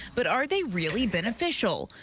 but are they really beneficial?